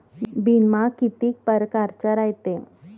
बिमा कितीक परकारचा रायते?